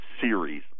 series